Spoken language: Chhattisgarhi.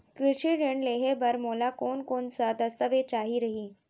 कृषि ऋण लेहे बर मोला कोन कोन स दस्तावेज चाही रही?